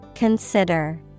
Consider